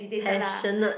passionate